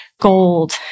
gold